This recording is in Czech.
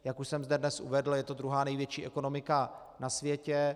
Jak už jsem dnes uvedl, je to druhá největší ekonomika na světě.